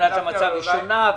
תמונת המצב שונה.